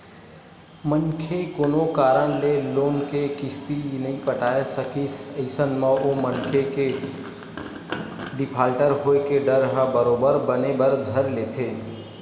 मनखे कोनो कारन ले लोन के किस्ती नइ पटाय सकिस अइसन म ओ मनखे के डिफाल्टर होय के डर ह बरोबर बने बर धर लेथे